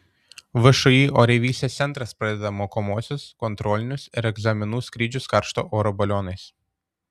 všį oreivystės centras pradeda mokomuosius kontrolinius ir egzaminų skrydžius karšto oro balionais